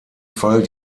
fall